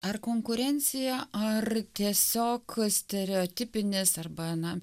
ar konkurencija ar tiesiog stereotipinis arba na